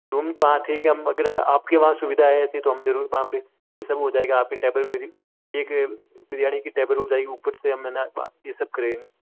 तुम तो हाँ ठीक है हम अगर आपके वहाँ सुविधा है ऐसी तो हम जरूर वहाँ पे ये सब हो जायेगा आपके टेबल एक बिरयानी की टेबल हो जाएगी ऊपर से हम है ना ये सब करें